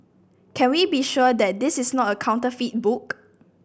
can we be sure that this is not a counterfeit book